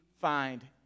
find